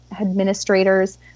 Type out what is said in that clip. administrators